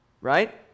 right